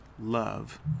love